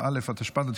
בעד, אין מתנגדים.